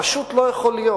פשוט לא יכול להיות.